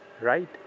right